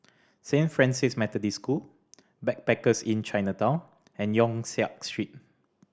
Saint Francis Methodist School Backpackers Inn Chinatown and Yong Siak Street